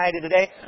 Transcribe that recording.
today